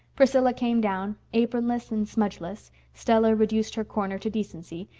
priscilla came down, apronless and smudgeless, stella reduced her corner to decency,